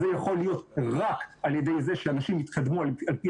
זה יכול להיות רק על ידי זה שאנשים יתקדמו על פי